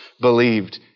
believed